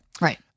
right